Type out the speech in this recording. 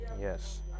yes